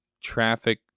traffic